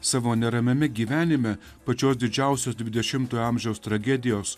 savo neramiame gyvenime pačios didžiausios dvidešimtojo amžiaus tragedijos